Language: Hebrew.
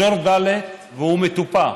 אזור ד' והוא מטופח,